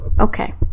Okay